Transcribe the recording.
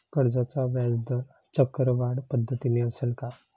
कर्जाचा व्याजदर चक्रवाढ पद्धतीने असेल का?